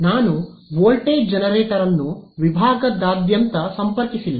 ನಾನು voltage generator ಅನ್ನು ವಿಭಾಗದಾದ್ಯಂತ ಸಂಪರ್ಕಿಸಿಲ್ಲ